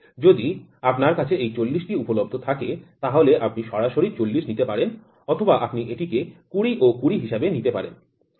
যদি আপনার কাছে এই ৪০টি উপলব্ধ থাকে তাহলে আপনি সরাসরি ৪০ নিতে পারেন অথবা আপনি এটিকে ২০ ও ২০ হিসাবে নিতে পারেন